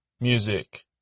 music